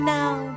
now